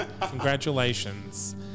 Congratulations